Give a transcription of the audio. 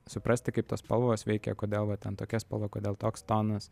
suprasti kaip tos spalvos veikia kodėl va ten tokia spalva kodėl toks tonas